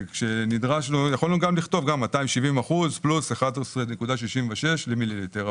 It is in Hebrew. יכולנו לכתוב 270 אחוזים פלוס 11.66 למיליליטר,